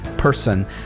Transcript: person